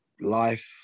life